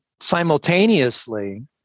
simultaneously